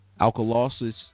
Alkalosis